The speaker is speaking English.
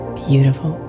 beautiful